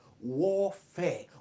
warfare